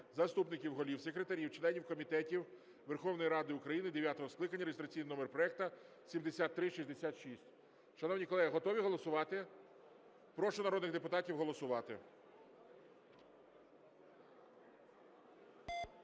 заступників голів, секретарів, членів комітетів Верховної Ради України дев'ятого скликання" (реєстраційний номер проекту 7366). Шановні колеги, готові голосувати? Прошу народних депутатів голосувати.